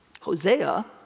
Hosea